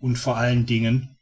und vor allen dingen